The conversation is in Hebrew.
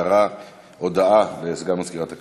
הודעה לסגן מזכירת הכנסת.